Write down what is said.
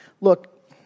look